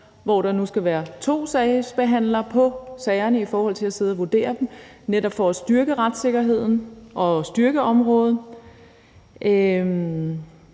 hvor der nu skal være to sagsbehandlere på til at vurdere dem og for netop at styrke retssikkerheden og styrke området. Og